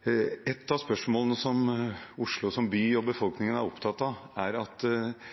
Et av spørsmålene som Oslo som by og befolkningen er opptatt av, er